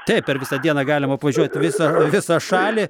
taip per visą dieną galima apvažiuot visą visą šalį